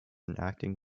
acting